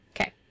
Okay